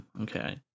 okay